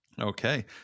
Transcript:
Okay